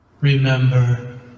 Remember